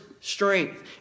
strength